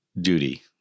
Duty